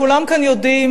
כולם כאן יודעים,